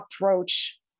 approach